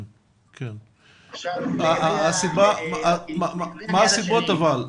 מה הסיבות לכך?